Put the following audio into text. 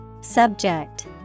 Subject